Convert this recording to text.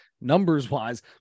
numbers-wise